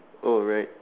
oh right